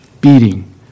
beating